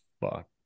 fuck